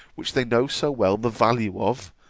which they know so well the value of,